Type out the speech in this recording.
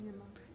Nie ma.